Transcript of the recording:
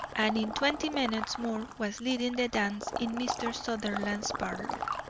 and in twenty minutes more was leading the dance in mr. sutherland's parlour.